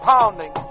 Pounding